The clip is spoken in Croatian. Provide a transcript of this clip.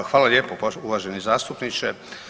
Da, hvala lijepo uvaženi zastupniče.